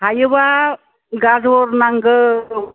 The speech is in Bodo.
हायोबा गाजर नांगौ